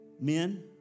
Men